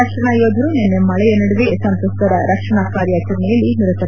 ರಕ್ಷಣಾ ಯೋಧರು ನಿನ್ನೆ ಮಳೆಯ ನಡುವೆಯೇ ಸಂತ್ರಸ್ತರ ರಕ್ಷಣಾ ಕಾರ್ಯಾಚರಣೆಯಲ್ಲಿ ನಿರತರಾಗಿದ್ದಾರೆ